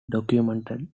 documented